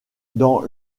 dans